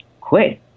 quit